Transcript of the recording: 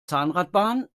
zahnradbahn